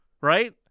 right